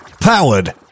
powered